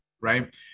Right